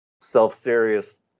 self-serious